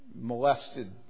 molested